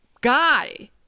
guy